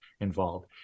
involved